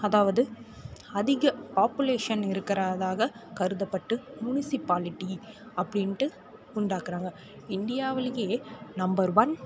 அதாவது அதிக பாப்புலேஷன் இருக்கிறதாக கருதப்பட்டு முனிசிபாலிட்டி அப்படின்ட்டு உண்டாக்கிறாங்க இந்தியாவிலேயே நம்பர் ஒன்